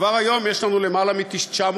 כבר היום יש לנו למעלה מ-960,000,